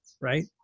right